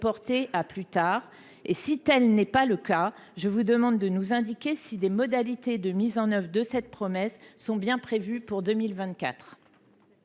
reportés ? Si tel n’est pas le cas, je vous demande de nous indiquer si des modalités de mise en œuvre de cette promesse sont bien prévues pour 2024.